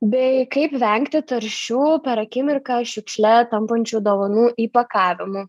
bei kaip vengti taršių per akimirką šiukšle tampančių dovanų įpakavimų